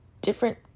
different